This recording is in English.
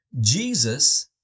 Jesus